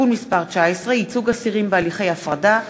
(תיקון מס' 19) (ייצוג אסירים בהליכי הפרדה),